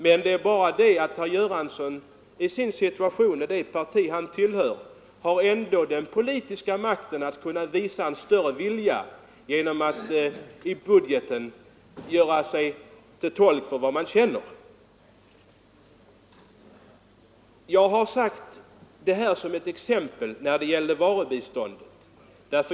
Men det är ändå så att det parti herr Göransson tillhör har den politiska makten och har möjligheter att visa sin goda vilja genom större anslag över budgeten. Mitt exempel gällde varubiståndet.